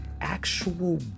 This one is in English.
actual